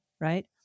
right